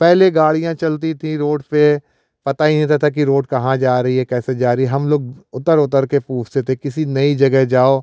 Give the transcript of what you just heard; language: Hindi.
पहले गाडियाँ चलती थीं रोड पर पता ही नहीं रहता कि रोड कहाँ जा रही है कैसे जा रही है हम लोग उतर उतर कर पूछते थे किसी नई जगह जाओ